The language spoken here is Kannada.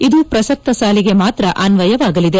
ಇದು ಪ್ರಸಕ್ತ ಸಾಲಿಗೆ ಮಾತ್ರ ಅನ್ನಯವಾಗಲಿದೆ